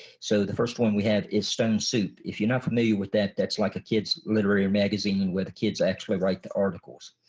so the first one we have is stone soup. if you're not familiar with that, that's like a kid's literary magazine and where the kids actually write the articles.